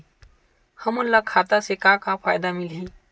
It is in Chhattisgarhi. हमन ला खाता से का का फ़ायदा मिलही?